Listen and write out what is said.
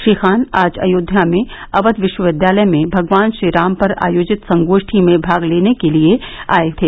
श्री खान आज अयोध्या में अवध विश्वविद्यालय में भगवान श्रीराम पर आयोजित संगोष्ठी में भाग लेने के लिए आए थे